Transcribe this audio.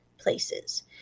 places